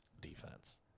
defense